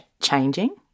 changing